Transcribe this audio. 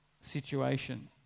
situation